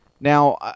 Now